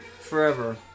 Forever